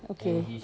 okay